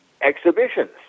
exhibitions